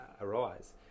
arise